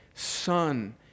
Son